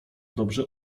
dobrze